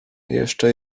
jeszcze